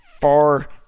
far